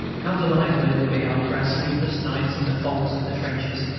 how delightful it would be after our sleepless nights in the fogs of the trenches!